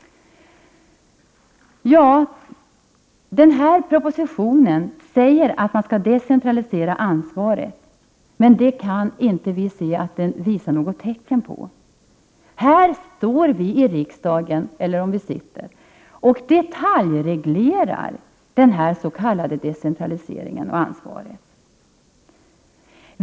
I den här propositionen sägs att man skall decentralisera ansvaret, men vi i miljöpartiet kan inte se att den visar något tecken på detta. Här sitter riksdagens ledamöter och detaljreglerar den s.k. decentraliseringen och ansvaret.